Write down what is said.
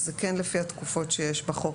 אז זה כן לפי התקופות שיש בחוק,